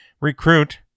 recruit